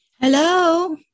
Hello